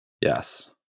Yes